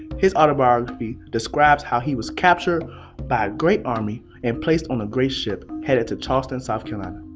his autobiography describes how he was captured by a great army and placed on a great ship headed to charleston, south carolina.